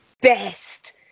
best